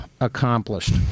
accomplished